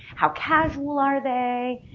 how casual are they,